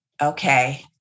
Okay